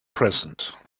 present